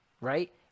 right